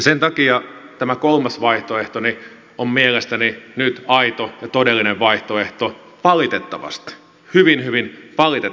sen takia tämä kolmas vaihtoehtoni on mielestäni nyt aito ja todellinen vaihtoehto valitettavasti hyvin hyvin valitettavasti